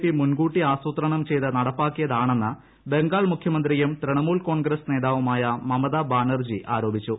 P മുൻകൂട്ടി ആസൂത്രണ ചെയ്ത് നടപ്പാക്കിയതാണെന്ന് ബംഗാൾ മുഖ്യമന്ത്രിയും ത്രിണമൂൽ കോൺഗ്രസ് നേതാവുമായ മമതാ ബാനർജി ആരോപിച്ചു